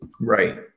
Right